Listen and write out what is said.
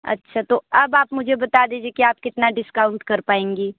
अच्छा तो अब आप मुझे बता दीजिए कि आप कितना डिस्काउंट कर पाएँगी